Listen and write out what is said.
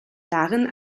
darin